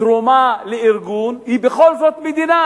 תרומה לארגון היא בכל זאת מדינה.